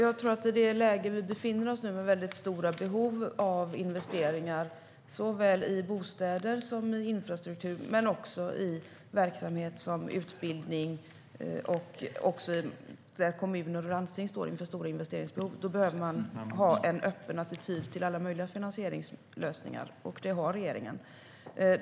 Herr talman! Vi befinner oss nu i ett läge med väldigt stora behov av investeringar, såväl i bostäder som i infrastruktur och i sådana verksamheter som utbildning. Även kommuner och landsting står inför stora investeringsbehov. Då behöver man ha en öppen attityd till alla möjliga finansieringslösningar, och det har regeringen.